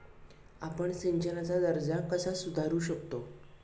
आपण सिंचनाचा दर्जा कसा सुधारू शकतो?